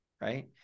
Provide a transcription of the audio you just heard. right